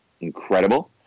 incredible